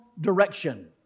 direction